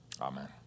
Amen